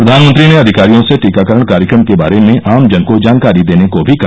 प्रधानमंत्री ने अधिकारियों से टीकाकरण कार्यक्रम के बारे में आमजन को जानकारी देने को भी कहा